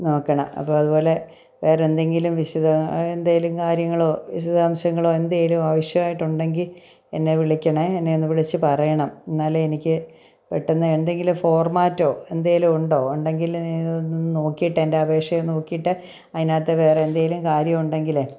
നോക്കണം അപ്പോള് അതുപോലെ വേറെന്തെങ്കിലും വിശദാ അതെന്തേലും കാര്യങ്ങളോ വിശദാംശങ്ങളോ എന്തേലും ആവശ്യമായിട്ടുണ്ടെങ്കില് എന്നെ വിളിക്കണേ എന്നെ ഒന്ന് വിളിച്ച് പറയണം എന്നാലെ എനിക്ക് പെട്ടെന്ന് എന്തെങ്കിലും ഫോർമാറ്റൊ എന്തേലുമുണ്ടോ ഉണ്ടെങ്കില് നീ നോക്കിയിട്ട് എൻ്റെ അപേക്ഷയില് നോക്കിയിട്ട് അതിനാത്ത് വേറെന്തേലും കാര്യമുണ്ടെങ്കിലെ